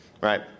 right